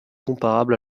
comparable